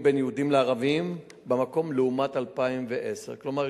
בין יהודים לערבים במקום לעומת 2010. כלומר,